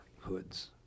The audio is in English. hoods